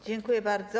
Dziękuję bardzo.